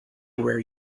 where